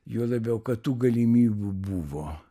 juo labiau kad tų galimybių buvo